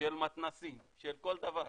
של מתנ"סים, של כל דבר,